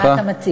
מה אתה מציע?